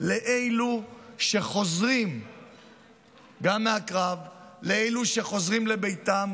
לאלו שחוזרים מהקרב ולאלו שחוזרים לביתם